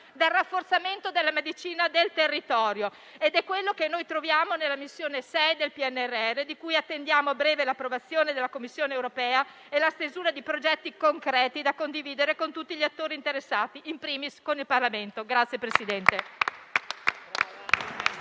dal rafforzamento della medicina del territorio, ed è quello che noi troviamo nella missione 6 del PNRR, di cui attendiamo a breve l'approvazione della Commissione europea e la stesura di progetti concreti da condividere con tutti gli attori interessati, *in primis* con il Parlamento.